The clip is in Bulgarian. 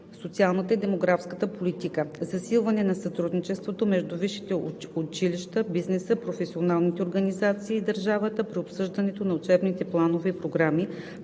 социалната и демографската политика: - Засилване на сътрудничеството между висшите училища, бизнеса, професионалните организации и държавата при обсъждането на учебните планове и програми,